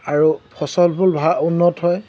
আৰু ফচলবোৰ ভা উন্নত হয়